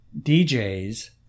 DJs